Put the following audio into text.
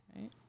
Right